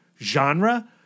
genre